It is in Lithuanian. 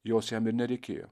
jos jam ir nereikėjo